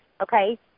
okay